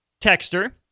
texter